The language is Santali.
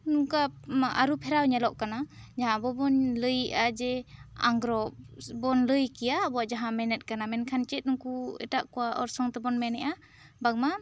ᱱᱚᱝᱠᱟ ᱟᱹᱨᱩ ᱯᱷᱮᱨᱟᱣ ᱧᱮᱞᱚᱜ ᱠᱟᱱᱟ ᱡᱟᱦᱟᱸ ᱟᱵᱚ ᱵᱚᱱ ᱞᱟᱹᱭᱮᱜᱼᱟ ᱡᱮ ᱟᱝᱜᱽᱨᱚᱵ ᱵᱚᱱ ᱞᱟᱹᱭ ᱠᱮᱭᱟ ᱟᱵᱚ ᱡᱟᱦᱟᱸ ᱢᱮᱱᱮᱠ ᱠᱟᱱᱟ ᱢᱮᱱᱠᱷᱟᱱ ᱡᱮᱫ ᱩᱱᱠᱩ ᱮᱴᱟᱜ ᱠᱚᱣᱟᱜ ᱚᱨᱥᱚᱝ ᱛᱮᱵᱚᱱ ᱢᱮᱱᱮᱜ ᱟ ᱵᱟᱝᱢᱟ